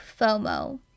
FOMO